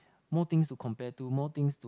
more things to compare to more things to